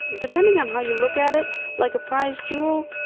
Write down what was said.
depending on how you look at it like a prized jewel,